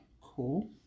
cool